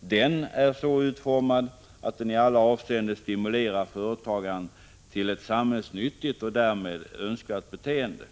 den är så utformad att den i alla avseenden stimulerar företagaren till ett samhällsnyttigt och därmed önskvärt beteende.